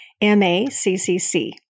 M-A-C-C-C